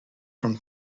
from